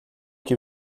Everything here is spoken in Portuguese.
que